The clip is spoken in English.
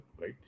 right